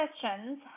questions